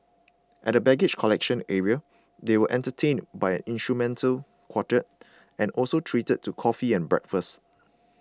at the baggage collection area they were entertained by an instrumental quartet and also treated to coffee and breakfast